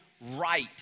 right